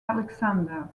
alexander